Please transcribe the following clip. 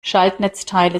schaltnetzteile